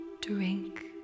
Drink